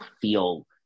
feel